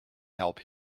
help